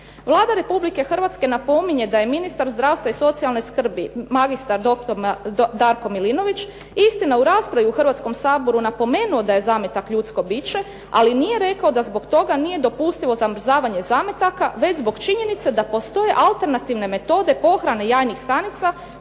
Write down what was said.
Vlada Republike Hrvatske napominje da je ministar zdravstva i socijalne skrbi mr.sc. Darko Milinović istina u raspravi u Hrvatskom saboru napomenuo da je zametak ljudsko biće, ali nije rekao da zbog toga nije dopustivo zamrzavanje zametaka već zbog činjenice da postoje alternativne metode pohrane jajnih stanica